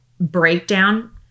breakdown